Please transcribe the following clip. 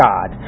God